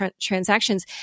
transactions